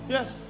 Yes